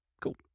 Cool